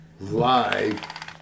live